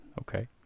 Okay